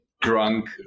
drunk